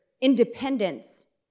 independence